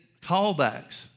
callbacks